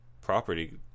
property